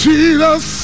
Jesus